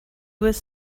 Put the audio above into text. was